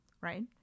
right